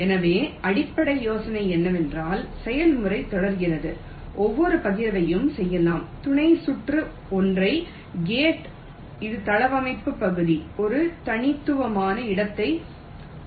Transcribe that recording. எனவே அடிப்படை யோசனை என்னவென்றால் செயல்முறை தொடர்கிறது ஒவ்வொரு பகிர்வையும் செய்யலாம் துணை சுற்று ஒற்றை கேட் இது தளவமைப்பு பகுதியில் ஒரு தனித்துவமான இடத்தைக் கொண்டுள்ளது